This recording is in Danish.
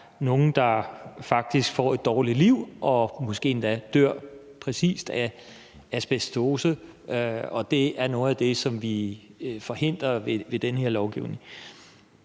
nogle, der faktisk får et dårligt liv og måske endda dør netop af asbestose, og det er noget af det, som vi forhindrer med den her lovgivning.